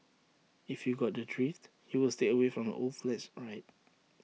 if you got the drift you will stay away from old flats right